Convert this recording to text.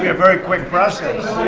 be a very quick process.